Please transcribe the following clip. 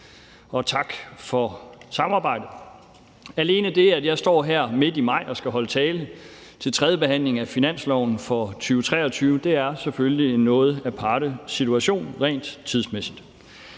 og tak for samarbejdet. Alene det, at jeg står her midt i maj og skal holde tale til tredje behandling af finansloven for 2023, er selvfølgelig en noget aparte situation rent tidsmæssigt.